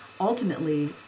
ultimately